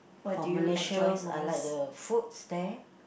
for Malaysians I like the foods there